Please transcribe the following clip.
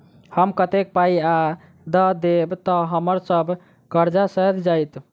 हम कतेक पाई आ दऽ देब तऽ हम्मर सब कर्जा सैध जाइत?